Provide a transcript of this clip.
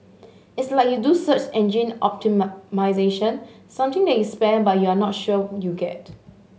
it's like you do search engine something that you spend but you're not sure you get